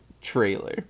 trailer